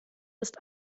ist